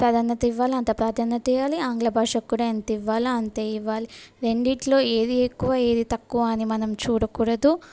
ప్రాధాన్యత ఇవ్వాలి అంత ప్రాధాన్యత ఇవ్వాలి ఆంగ్ల భాషకు కూడా ఎంతివ్వాలో అంతే ఇవ్వాలి రెండిటిలో ఏది ఎక్కువ ఏది తక్కువ అని మనం చూడకూడదు